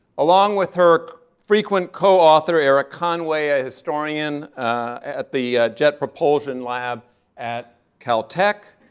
along with her frequent co-author eric conway, a historian at the jet propulsion lab at caltech,